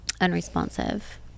Unresponsive